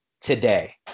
today